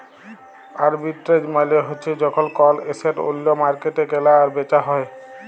arbitrage মালে হ্যচ্যে যখল কল এসেট ওল্য মার্কেটে কেলা আর বেচা হ্যয়ে